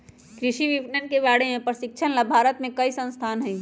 कृषि विपणन के बारे में प्रशिक्षण ला भारत में कई संस्थान हई